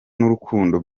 n’urukundo